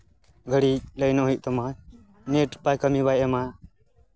ᱜᱷᱟᱹᱲᱤᱡ ᱞᱟᱭᱤᱱᱚᱜ ᱦᱩᱭᱩᱜ ᱛᱟᱢᱟ ᱱᱮᱹᱴ ᱵᱟᱭ ᱠᱟᱹᱢᱤ ᱵᱟᱭ ᱮᱢᱟ